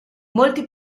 molti